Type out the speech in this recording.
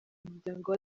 muryango